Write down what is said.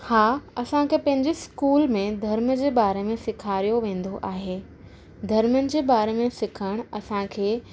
हां असांखे पंहिंजे स्कूल में धर्म जे ॿारे में सेखारियो वेन्दो आहे धर्मनि जे ॿारे में सिखिण असांखे